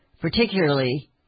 particularly